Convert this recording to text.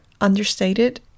understated